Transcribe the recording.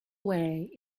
away